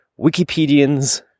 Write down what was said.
Wikipedians